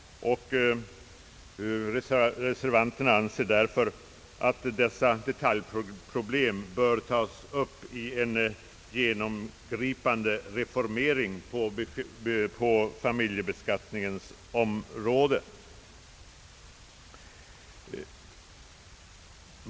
Vi anser att ifrågavarande detaljproblem bör tas upp i samband med en genomgripande reformering på familjebeskattningens område.